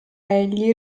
egli